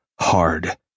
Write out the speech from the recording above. hard